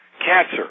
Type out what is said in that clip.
Cancer